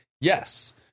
yes